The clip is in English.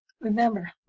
remember